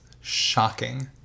shocking